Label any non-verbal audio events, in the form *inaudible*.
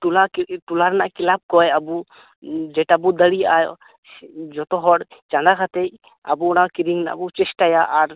ᱴᱚᱞᱟ ᱠᱮ ᱴᱚᱞᱟ ᱨᱮᱱᱟᱜ ᱠᱮᱞᱟᱵ ᱠᱷᱚᱡ ᱟᱵᱚ ᱡᱮᱴᱟ ᱵᱚ ᱫᱟᱲᱮᱭᱟᱜᱼᱟ ᱡᱚᱛᱚ ᱦᱚᱲ ᱪᱟᱸᱫᱟ ᱠᱟᱛᱮ ᱟᱵᱚ ᱚᱱᱟ ᱠᱤᱨᱤᱝ ᱨᱮᱱᱟᱜ ᱵᱚ ᱪᱮᱥᱴᱟᱭᱟ ᱟᱨ ᱟᱵᱚ ᱵᱚ ᱪᱮᱥᱴᱟᱭᱟ ᱟᱨ ᱡᱮ ᱡᱮᱱᱚ ᱵᱟᱦᱨᱮ ᱨᱮᱱ ᱦᱚᱲ ᱡᱮᱱᱚ ᱵᱟᱵᱚ ᱟᱹᱜᱩᱭᱟᱠᱚᱜ ᱟᱨ ᱟᱵᱚᱣᱟᱜ *unintelligible* ᱢᱚᱫᱽᱫᱷᱮ ᱨᱮᱠᱚ ᱛᱟᱦᱮᱱ ᱛᱟᱵᱚᱱᱟ ᱚᱱᱟ ᱵᱚ ᱪᱮᱥᱴᱟᱭᱟ ᱟᱨ